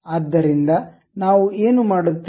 ಆದ್ದರಿಂದ ನಾವು ಏನು ಮಾಡುತ್ತೇವೆ